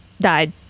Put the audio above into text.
died